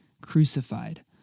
crucified